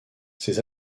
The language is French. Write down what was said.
ces